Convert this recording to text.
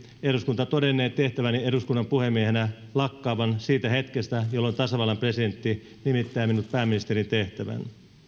eduskunta todennee tehtäväni eduskunnan puhemiehenä lakkaavan siitä hetkestä jolloin tasavallan presidentti nimittää minut pääministerin tehtävään